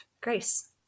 grace